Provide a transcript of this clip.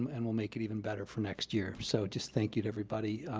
and we'll make it even better for next year. so just thank you to everybody,